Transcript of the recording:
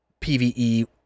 PvE